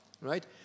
right